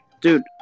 Dude